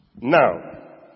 Now